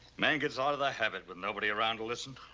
man gets out of the habit with nobody around to listen.